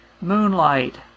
moonlight